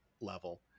level